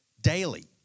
daily